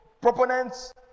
proponents